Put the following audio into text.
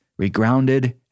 regrounded